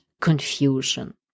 confusion